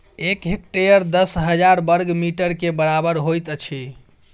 एक हेक्टेयर दस हजार बर्ग मीटर के बराबर होइत अछि